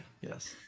Yes